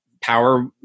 power